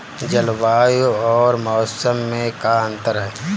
जलवायु अउर मौसम में का अंतर ह?